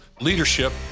leadership